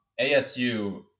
ASU